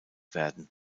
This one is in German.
werden